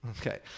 Okay